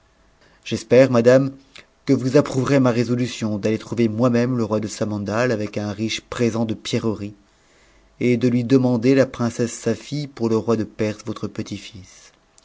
j'espère madame que vous approuverez ma résolution d'aller trouver moi-même le roi de samandal avec un riche présent de pierreries et de lui demander la princesse sa fille pour te roi de perse votre petit ms